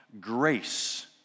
grace